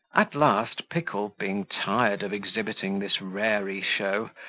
at last pickle, being tired of exhibiting this raree-show,